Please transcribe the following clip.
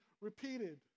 repeated